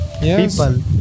people